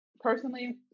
personally